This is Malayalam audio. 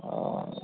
അ